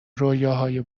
رویاهای